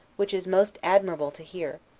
which is most admirable to hear,